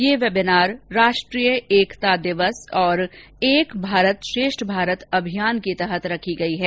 यह वेबिनार राष्ट्रीय एकता दिवस और एक भारत श्रेष्ठ भारत अभियान के तहत रखी गई है